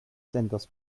senders